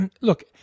look